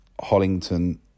Hollington